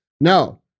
No